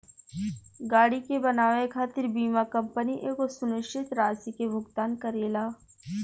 गाड़ी के बनावे खातिर बीमा कंपनी एगो सुनिश्चित राशि के भुगतान करेला